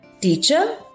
Teacher